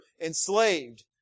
enslaved